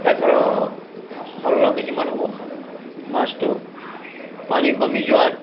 এঘাৰ ষোল্ল কেজি মান হ'ব মাছটো পানী কমি যোৱাত